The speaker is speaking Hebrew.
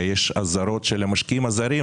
ויש אזהרות של המשקיעים הזרים,